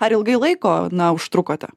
ar ilgai laiko na užtrukote